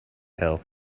hill